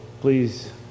please